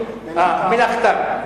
"מלאכתם".